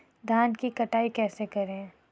धान की कटाई कैसे करें?